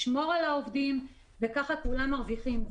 לשמור על העובדים וכך כולם מרוויחים.